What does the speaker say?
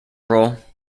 role